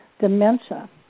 Dementia